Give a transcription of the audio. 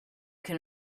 can